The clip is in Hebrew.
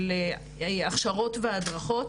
של הכשרות והדרכות,